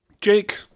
Jake